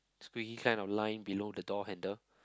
squiggly kind of line below the door handle